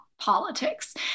politics